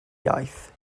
iaith